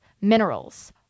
minerals